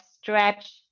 stretch